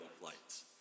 flights